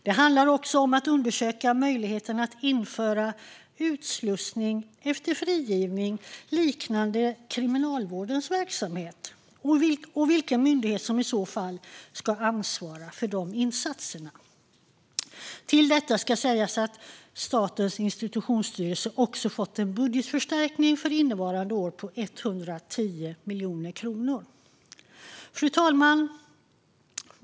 Det handlar också om att undersöka möjligheten att införa utslussning efter frigivning liknande Kriminalvårdens verksamhet och vilken myndighet som i så fall ska ansvara för insatserna. Till detta ska sägas att Statens institutionsstyrelse har fått en budgetförstärkning för innevarande år på 110 miljoner kronor. Fru talman!